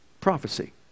prophecy